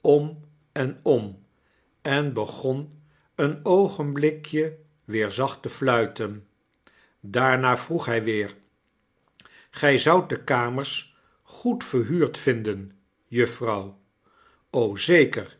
om en om en begon een oogenblikje weer zacht te fluiten daarna vroeg hy weer xij zoudt de kamers goed verhuurd vinden juffrouw zeker